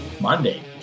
Monday